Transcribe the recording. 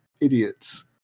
idiots